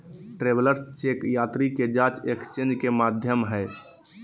travellers cheque यात्री के जांच एक्सचेंज के माध्यम हइ